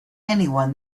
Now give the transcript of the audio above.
anyone